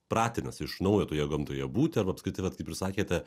pratinasi iš naujo toje gamtoje būti arba apskritai vat kaip ir sakėte